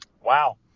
wow